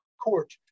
court